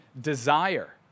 desire